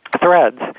threads